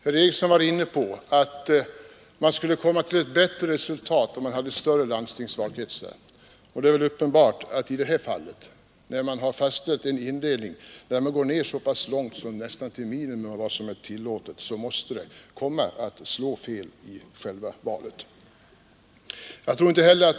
Herr Eriksson var inne på att man skulle komma till ett bättre resultat om man hade större landstingsvalkretsar, och det är väl uppenbart att när man har fastställt en indelning där man går ned så pass långt som nästan till minimum av vad som är tillåtet, så måste det komma att slå fel i själva valet.